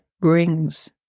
brings